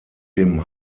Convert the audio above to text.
dem